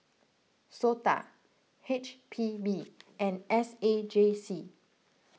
Sota H P B and S A J C